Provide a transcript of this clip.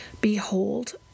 Behold